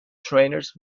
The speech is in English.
trainers